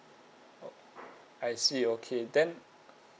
I see okay then